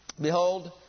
Behold